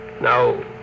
Now